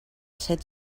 set